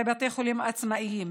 לבתי חולים עצמאיים.